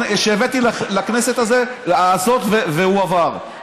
שהבאתי לכנסת הזאת והוא עבר.